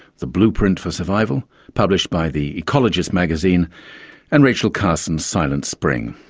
the blueprint for survival published by the ecologist magazine and rachel carson's silent spring.